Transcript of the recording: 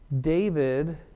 David